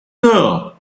girl